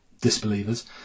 disbelievers